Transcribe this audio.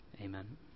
Amen